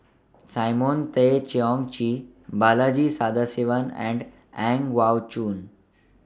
Simon Tay Seong Chee Balaji Sadasivan and Ang Choon